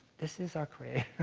this is our creator,